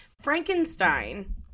Frankenstein